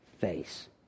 face